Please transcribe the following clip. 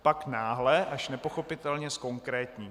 Pak náhle, až nepochopitelně, zkonkrétní.